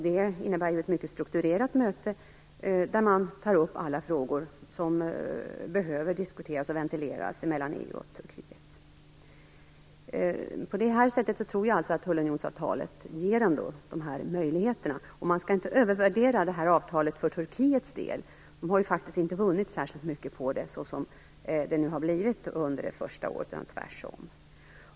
Det innebär ett mycket strukturerat möte där man tar upp alla frågor som behöver diskuteras och ventileras mellan EU och Turkiet. På det sättet tror jag att tullunionsavtalet ger möjligheter, och man skall inte övervärdera avtalet för Turkiets del. De har faktiskt inte vunnit särskilt mycket på det, så som det nu har blivit under det första året, tvärtom.